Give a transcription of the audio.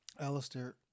Alistair